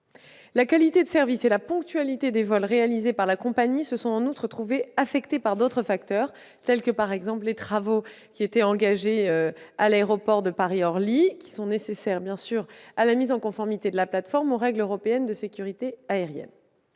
La qualité de service et la ponctualité des vols réalisés par la compagnie se sont en outre trouvées affectées par d'autres facteurs, tels que les travaux engagés à l'aéroport de Paris-Orly, nécessaires à la mise en conformité de la plateforme aux règles européennes de sécurité aérienne.